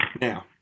now